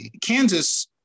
Kansas